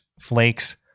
flakes